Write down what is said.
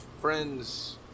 friends